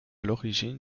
l’origine